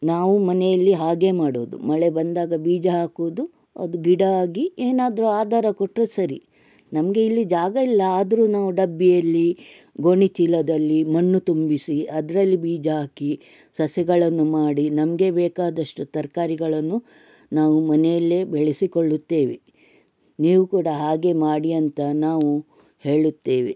ನಾವು ಮನೆಯಲ್ಲಿ ಹಾಗೆ ಮಾಡೋದು ಮಳೆ ಬಂದಾಗ ಬೀಜ ಹಾಕೋದು ಅದು ಗಿಡ ಆಗಿ ಏನಾದರು ಆಧಾರ ಕೊಟ್ಟರೆ ಸರಿ ನಮಗೆ ಇಲ್ಲಿ ಜಾಗ ಇಲ್ಲ ಆದರೂ ನಾವು ಡಬ್ಬಿಯಲ್ಲಿ ಗೋಣಿಚೀಲದಲ್ಲಿ ಮಣ್ಣು ತುಂಬಿಸಿ ಅದರಲ್ಲಿ ಬೀಜ ಹಾಕಿ ಸಸಿಗಳನ್ನು ಮಾಡಿ ನಮಗೆ ಬೇಕಾದಷ್ಟು ತರಕಾರಿಗಳನ್ನು ನಾವು ಮನೆಯಲ್ಲೇ ಬೆಳೆಸಿಕೊಳ್ಳುತ್ತೇವೆ ನೀವು ಕೂಡ ಹಾಗೆ ಮಾಡಿ ಅಂತ ನಾವು ಹೇಳುತ್ತೇವೆ